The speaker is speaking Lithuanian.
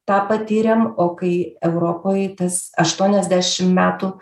tą patyrėm o kai europoj tas aštuoniasdešim metų